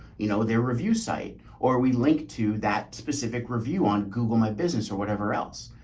you know, their review site or we link to that specific review on google, my business or whatever else.